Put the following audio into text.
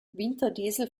winterdiesel